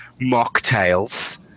mocktails